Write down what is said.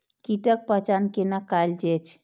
कीटक पहचान कैना कायल जैछ?